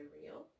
real